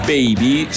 baby